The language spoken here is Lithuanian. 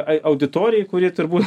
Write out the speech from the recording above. auditorijai kuri turbūt